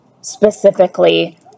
specifically